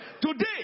Today